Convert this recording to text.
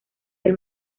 del